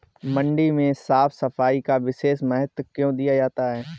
मंडी में साफ सफाई का विशेष महत्व क्यो दिया जाता है?